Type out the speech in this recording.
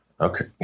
Okay